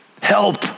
Help